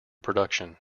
production